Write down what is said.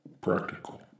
Practical